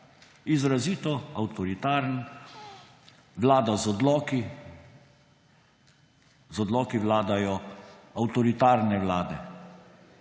izrazito avtoritarno vlada z odloki. Z odloki vladajo avtoritarne vlade,